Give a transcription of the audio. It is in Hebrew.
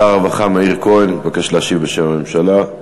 שר הרווחה מאיר כהן מתבקש להשיב בשם הממשלה.